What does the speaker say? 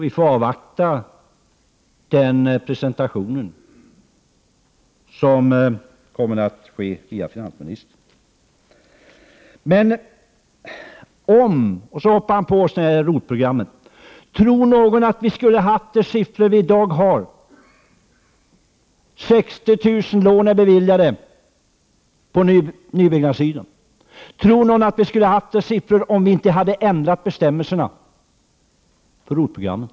Vi får avvakta den presentationen, som finansministern kommer att göra. Erling Bager hoppade på oss när det gällde ROT-programmet. Tror någon att vi skulle ha haft de siffror vi i dag har — 60 000 lån är beviljade på nybyggnadssidan — om vi inte hade ändrat bestämmelserna för ROT programmet?